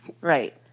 Right